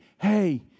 Hey